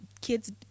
kids